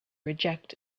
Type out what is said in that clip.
reject